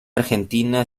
argentina